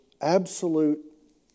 absolute